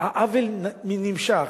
העוול נמשך.